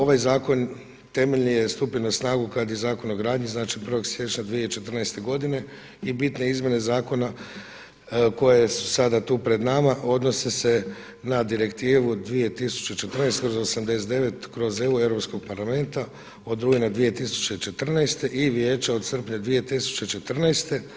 Ovaj zakon temeljni je stupio na snagu kada i Zakon o gradnji znači 1. siječnja 2014. godine i bitne izmjene zakona koje su sada tu pred nama odnose se na Direktivu 2014/89/EU Europskog parlamenta od rujna 2014. i Vijeća od srpnja 2014.